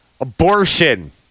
abortion